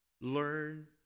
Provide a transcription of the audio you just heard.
learn